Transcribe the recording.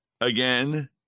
Again